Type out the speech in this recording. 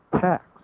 tax